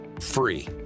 free